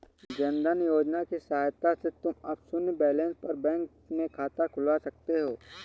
जन धन योजना की सहायता से तुम अब शून्य बैलेंस पर बैंक में खाता खुलवा सकते हो